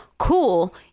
cool